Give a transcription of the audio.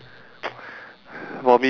ya is yellow line is direct train